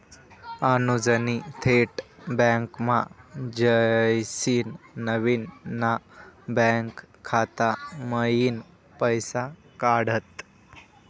अनुजनी थेट बँकमा जायसीन नवीन ना बँक खाता मयीन पैसा काढात